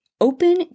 open